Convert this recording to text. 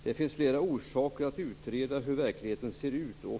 Det finns flera orsaker att utreda hur verkligheten ser ut.